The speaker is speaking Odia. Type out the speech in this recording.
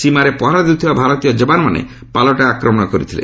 ସୀମାରେ ପହରା ଦେଉଥିବା ଭାରତୀୟ ଜବାନମାନେ ପାଲଟା ଆକ୍ରମଣ କରିଥିଲେ